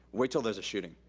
wait til there's a shooting.